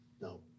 no